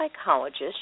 psychologist